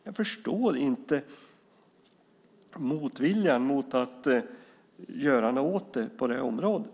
Jag förstår inte motviljan mot att göra något åt det på det här området.